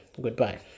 goodbye